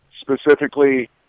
specifically